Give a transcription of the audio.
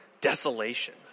desolation